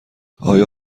آیا